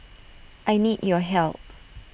I need your help